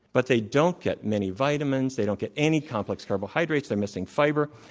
but they don't get many vitamins, they don't get any complex carbohydrates, they're missing fiber.